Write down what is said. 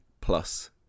plus